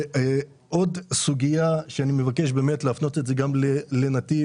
עוד סוגיה שאני מבקש באמת להפנות את זה גם לנתיב,